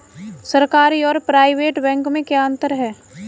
सरकारी और private bank में क्या अंतर है?